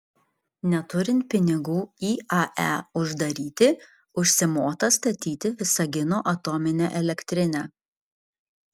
neturint pinigų iae uždaryti užsimota statyti visagino atominę elektrinę